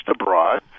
abroad